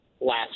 last